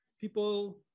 People